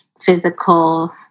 physical